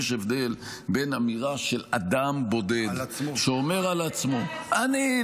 יש הבדל בין אמירה של אדם בודד שאומר על עצמו --- צריכה להיות